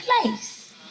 place